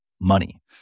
money